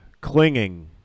clinging